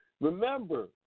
remember